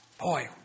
Boy